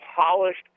polished